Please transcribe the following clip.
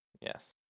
Yes